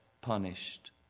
punished